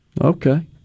Okay